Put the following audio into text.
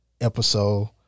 episode